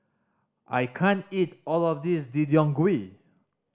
I can't eat all of this Deodeok Gui